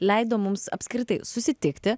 leido mums apskritai susitikti